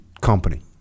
company